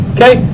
Okay